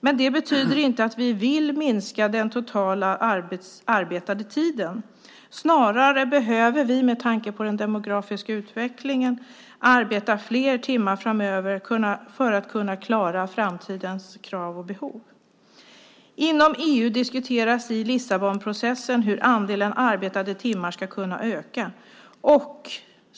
Men det betyder inte att vi vill minska den totala arbetade tiden. Snarare behöver vi med tanke på den demografiska utvecklingen arbeta fler timmar framöver för att kunna klara framtidens krav och behov. Inom EU diskuteras i Lissabonprocessen hur andelen arbetade timmar ska kunna öka.